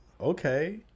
Okay